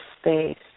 space